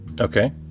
Okay